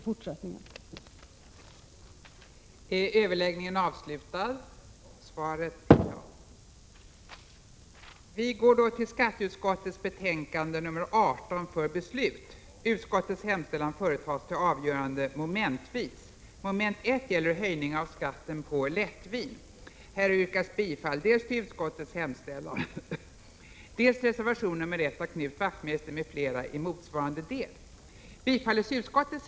Förste vice talmannen erinrade om att i detta moment föreslogs ändring i huvudbestämmelse i riksdagsordningen. Av ändringsförslaget framgick att ändringen önskades bli genomförd med ett enda beslut. För bifall härtill krävdes att minst tre fjärdedelar av de röstande och mer än hälften av riksdagens ledamöter förenade sig om beslutet.